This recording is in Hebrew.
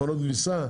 מכונות כביסה?